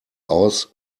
aus